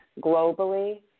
globally